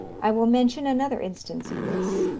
i will mention another instance of this.